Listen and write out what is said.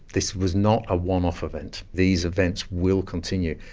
this was not a one-off event, these events will continue.